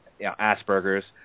Asperger's